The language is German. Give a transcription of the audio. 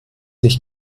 nicht